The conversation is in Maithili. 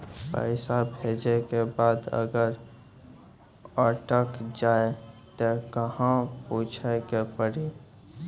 पैसा भेजै के बाद अगर अटक जाए ता कहां पूछे के पड़ी?